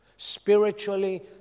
Spiritually